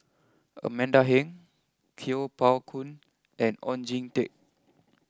Amanda Heng Kuo Pao Kun and Oon Jin Teik